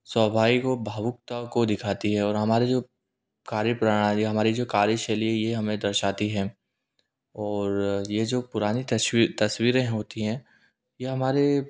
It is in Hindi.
स्वभाव और भावुकता को दिखाती है और हमारे जो कार्यप्रणाली है हमारी जो कार्यशैली है ये हमें दर्शाती है और ये जो पुरानी तस्वीर तस्वीरें होती हैं ये हमारे